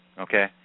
Okay